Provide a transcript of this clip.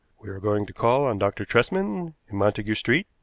we are going to call on dr. tresman, in montagu street,